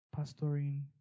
pastoring